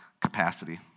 capacity